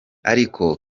ariko